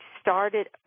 started